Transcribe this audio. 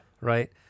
Right